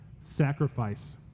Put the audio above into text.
sacrifice